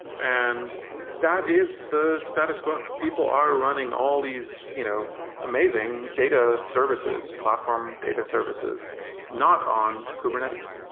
and that is the status quo. people are running all these you know amazing data services, platform data services not on kubernetes.